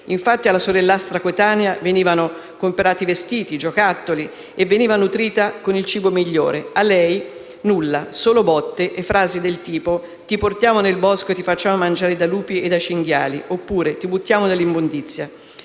Infatti alla sorellastra coetanea venivano comprati vestiti e giocattoli e veniva nutrita con il cibo migliore. A lei nulla, solo botte e frasi del tipo «ti portiamo nel bosco e ti facciamo mangiare dai lupi e dai cinghiali» oppure «ti buttiamo nell'immondizia».